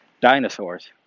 dinosaurs